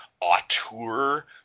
auteur